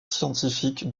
scientifique